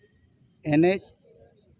ᱮᱱᱮᱡ